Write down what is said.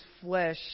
flesh